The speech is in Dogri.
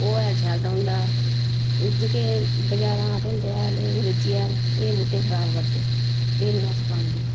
ओह् हैल शैल रौंहदा एह् जेह्के बजारा थ्होंदे हैल एह् अग्रेंजी हैल एह् बूह्टे गी खराब करदे एह् नी अस पांदे